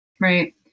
Right